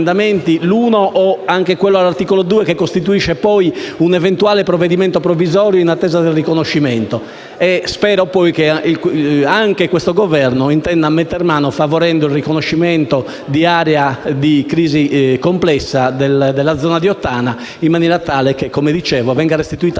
1 nonché quello all'articolo 2, che costituisce un eventuale provvedimento provvisorio in attesa del riconoscimento. Spero poi che anche questo Governo intenda metter mano al problema, favorendo il riconoscimento di area di crisi complessa della zona di Ottana, in maniera tale che - come dicevo - venga restituita